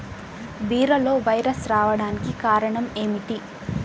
బీరలో వైరస్ రావడానికి కారణం ఏమిటి?